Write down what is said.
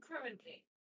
currently